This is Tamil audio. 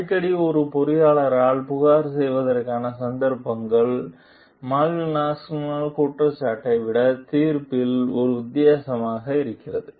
அடிக்கடி ஒரு பொறியியலாளரால் புகார் செய்வதற்கான சந்தர்ப்பம் மால்வினாஸின் குற்றச்சாட்டை விட தீர்ப்பில் ஒரு வித்தியாசமாக இருக்கிறது